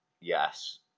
yes